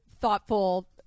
thoughtful